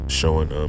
showing